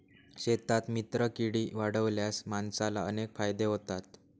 शेतात मित्रकीडी वाढवल्यास माणसाला अनेक फायदे होतात